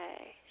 Okay